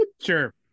Sure